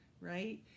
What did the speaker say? right